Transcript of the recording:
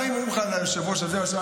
באים ואומרים לך על היושב-ראש הזה ועל הזה.